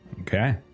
Okay